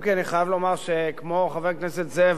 אם כי אני חייב לומר שכמו חבר הכנסת זאב,